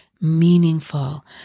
meaningful